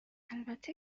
البته